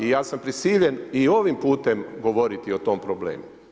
I ja sam prisiljen i ovim putem govoriti o tom problemu.